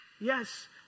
Yes